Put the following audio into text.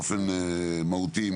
באופן מהותי,